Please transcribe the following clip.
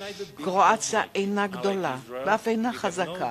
קרואטיה אינה גדולה ואף אינה חזקה.